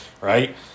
right